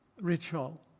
ritual